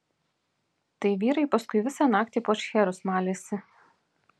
tai vyrai paskui visą naktį po šcherus malėsi